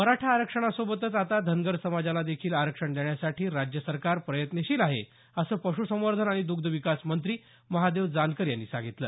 मराठा आरक्षणासोबतच आता धनगर समाजाला देखील आरक्षण देण्यासाठी राज्य सरकार प्रयत्नशील आहे असं पश् संवर्धन आणि दग्ध विकास मंत्री महादेव जानकर यांनी सांगितलं